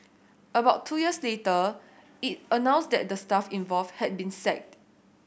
about two years later it announced that the staff involved had been sacked